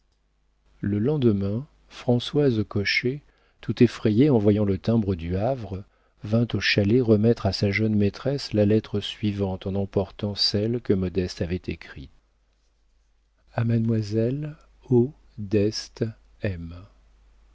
le lendemain françoise cochet tout effrayée en voyant le timbre du havre vint au chalet remettre à sa jeune maîtresse la lettre suivante en emportant celle que modeste avait écrite a mademoiselle o deste m mon